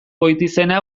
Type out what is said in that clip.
goitizena